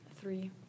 Three